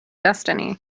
destiny